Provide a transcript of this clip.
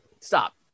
stop